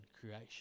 creation